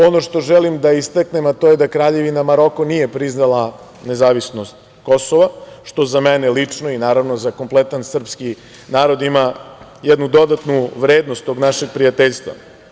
Ono što želim da istaknem da Kraljevina Maroko nije priznala nezavisnost Kosova, što za mene lično i naravno za kompletan srpski narod ima dodatnu vrednost tog našeg prijateljstva.